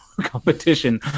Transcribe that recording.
competition